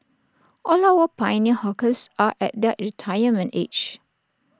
all our pioneer hawkers are at their retirement age